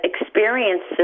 experiences